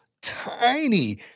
tiny